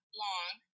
long